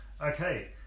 okay